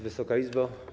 Wysoka Izbo!